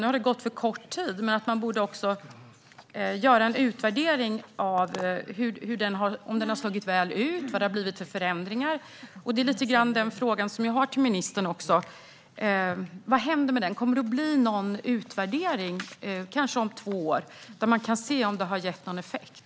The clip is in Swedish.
Nu har det gått för kort tid, men man borde göra en utvärdering om den har slagit väl ut och vad det har blivit för förändringar. Det är den fråga som jag vill ställa till ministern: Vad händer med detta? Kommer det att bli någon utvärdering, kanske om två år, så att man kan se om det har gett någon effekt?